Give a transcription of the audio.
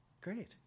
Great